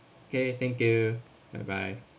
okay thank you bye bye